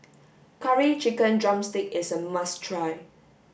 curry chicken drumstick is a must try